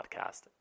podcast